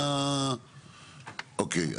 אוקיי,